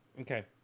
Okay